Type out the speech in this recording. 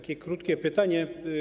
Krótkie pytanie.